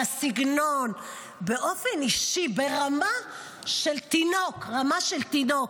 לסגנון, באופן אישי, רמה של תינוק, רמה של תינוק.